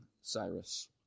Cyrus